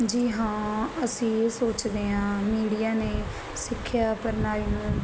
ਜੀ ਹਾਂ ਅਸੀਂ ਸੋਚਦੇ ਆਂ ਮੀਡੀਆ ਨੇ ਸਿੱਖਿਆ ਪ੍ਰਣਾਲੀ ਨੂੰ